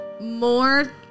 more